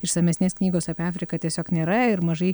išsamesnės knygos apie afriką tiesiog nėra ir mažai